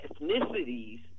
ethnicities